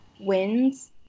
Wins